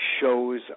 shows